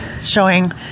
showing